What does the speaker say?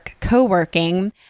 Coworking